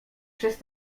przez